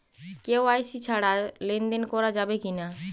KYC ছাড়া লেনদেন করা যাবে কিনা?